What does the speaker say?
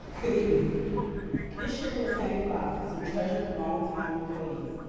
good evening this year we're saying goodbye to some treasured longtime employees.